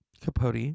Capote